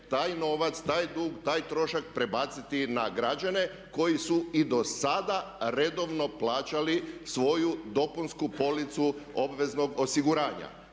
taj novac, taj dug, taj trošak prebaciti na građane koji su i do sada redovno plaćali svoju dopunsku policu obveznog osiguranja.